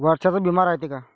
वर्षाचा बिमा रायते का?